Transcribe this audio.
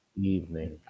evening